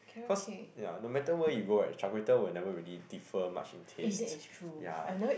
cause ya no matter where you go right char-kway-teow will never really differ much in taste ya